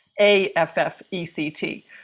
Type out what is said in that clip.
A-F-F-E-C-T